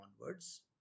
onwards